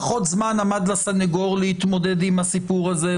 פחות זמן עמד לסנגור להתמודד עם הסיפור הזה.